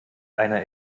einer